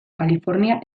kalifornia